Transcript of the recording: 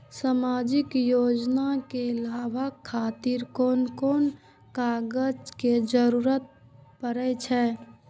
सामाजिक योजना के लाभक खातिर कोन कोन कागज के जरुरत परै छै?